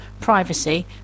privacy